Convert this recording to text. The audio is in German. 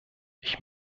ich